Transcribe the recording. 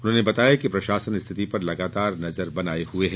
उन्होंने बताया कि प्रशासन स्थिति पर लगातार नेजर बनाए हुए है